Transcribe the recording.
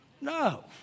No